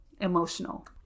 emotional